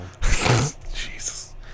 Jesus